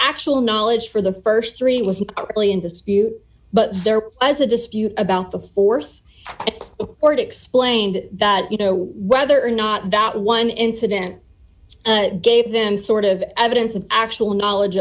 actual knowledge for the st three was secretly in dispute but there was a dispute about the th or it explained that you know whether or not that one incident gave them sort of evidence of actual knowledge